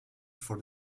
for